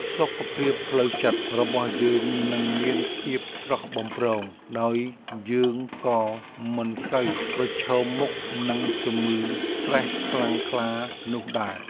សុខភាពផ្លូវចិត្តរបស់យើងនឹងមានភាពស្រស់បំព្រង ហើយយើងក៏មិនសូវប្រឈមមុខនឹងជំងឺស្ត្រេសខ្លាំងក្លានោះដែរ។